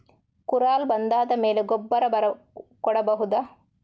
ಕುರಲ್ ಬಂದಾದ ಮೇಲೆ ಗೊಬ್ಬರ ಬರ ಕೊಡಬಹುದ?